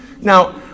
Now